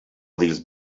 these